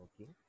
Okay